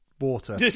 water